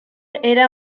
era